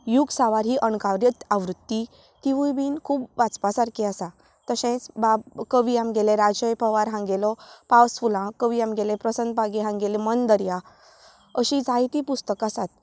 युग सांवार ही अणकारीत आवृत्ती तिवूय बी खूब वाचपा सारखी आसा तशेंच बाब कवी आमगेले राजय पवार हांगेलो पावसफुलां कवी आमगेले प्रसन्न पागी हांगेलो मन दर्या अशी जायती पुस्तकां आसात